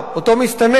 אותו מסתנן.